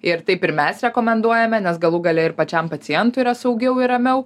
ir taip ir mes rekomenduojame nes galų gale ir pačiam pacientui yra saugiau ir ramiau